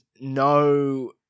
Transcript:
no